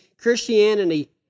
Christianity